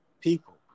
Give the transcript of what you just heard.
people